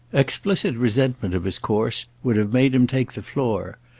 explicit resentment of his course would have made him take the floor,